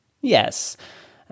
Yes